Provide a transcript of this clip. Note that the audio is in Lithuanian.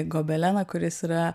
gobeleną kuris yra